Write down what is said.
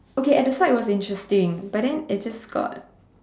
okay at the start it was interesting but then it just got